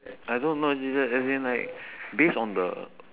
I don't know she's like as in like based on the